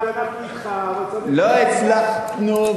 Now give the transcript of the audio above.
לא הצלחנו,